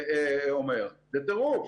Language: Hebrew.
זה טירוף.